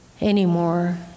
anymore